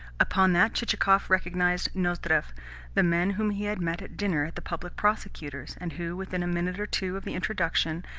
upon that chichikov recognised nozdrev the man whom he had met at dinner at the public prosecutor's, and who, within a minute or two of the introduction,